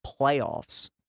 playoffs